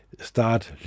start